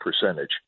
percentage